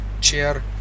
chair